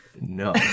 No